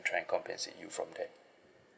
trying compensate you from there